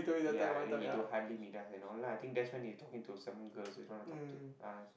ya I think he do~ hardly meet us and all lah I think that's when he talking to some girls he don't want to talk to us